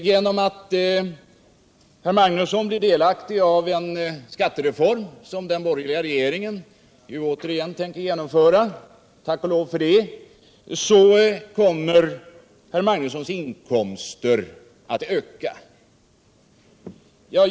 Genom att herr Magnusson blir delaktig av en skattereform som den borgerliga regeringen återigen tänker genomföra — tack och lov för det - kommer herr Magnussons inkomster att öka.